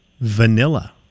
Vanilla